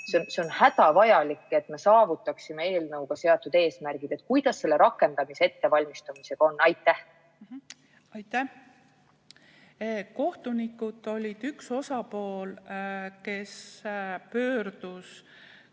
See on hädavajalik, et saavutaksime eelnõuga seatud eesmärgid. Kuidas selle rakendamise ettevalmistamisega on? Aitäh! Kohtunikud olid üks osapool, kes pöördus